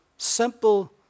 Simple